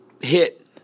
hit